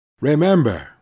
Remember